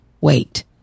wait